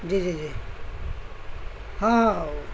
جی جی جی ہاں ہاں وہ